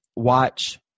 Watch